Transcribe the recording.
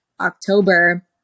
October